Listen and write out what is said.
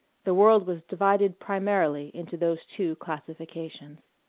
the world was divided primarily into those two classifications.